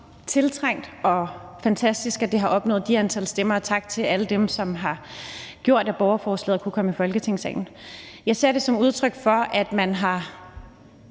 tiltrængt – det er fantastisk, at det har opnået det antal stemmer; tak til alle dem, som har gjort, at borgerforslaget kunne komme i Folketingssalen – som udtryk for, at man har